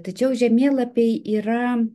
tačiau žemėlapiai yra